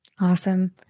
awesome